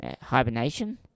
hibernation